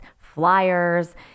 flyers